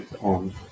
on